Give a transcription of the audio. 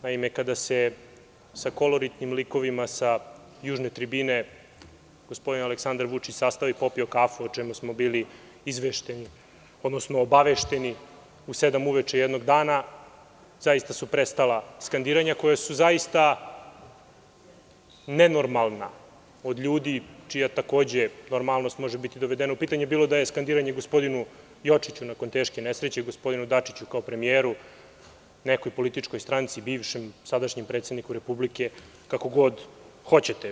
Naime, kada se sa koloritnim likovima sa južne tribine, gospodin Aleksandar Vučić sastao i popio kafu, o čemu smo bili obavešteni u sedam sati uveče jednog dana, zaista su prestala skandiranja, koja su zaista nenormalna od ljudi, čija takođe normalnost može biti dovedena u pitanje, bilo da je skandiranje gospodinu Jočiću nakon teške nesreće, gospodinu Dačiću kao premijeru, nekoj političkoj stranci, bivšem, sadašnjem predsedniku Republike, kako god hoćete.